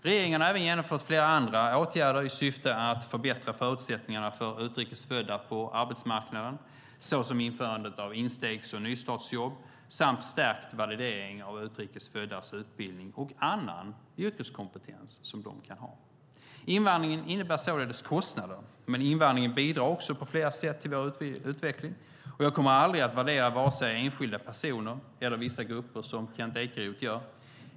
Regeringen har även genomfört flera andra åtgärder i syfte att förbättra förutsättningarna för utrikes födda på arbetsmarknaden, såsom införandet av instegs och nystartsjobb samt stärkt validering av utrikes föddas utbildning och annan yrkeskompetens som de kan ha. Invandringen innebär således kostnader, men invandringen bidrar också på flera sätt till vår utveckling. Jag kommer aldrig att värdera vare sig enskilda personer eller vissa grupper som Kent Ekeroth gör.